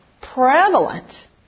prevalent